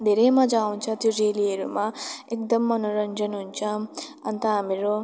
धेरै मजा आउँछ त्यो रेलीहरूमा एकदम मनोरञ्जन हुन्छ अन्त हामीहरू